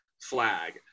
flag